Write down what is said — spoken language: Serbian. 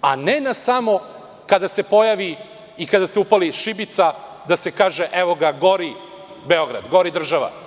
a ne samo kada se upali šibica da se kaže – evo, gori Beograd, gori država.